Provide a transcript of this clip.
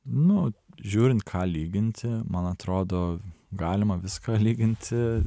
nu žiūrint ką lyginti man atrodo galima viską lyginti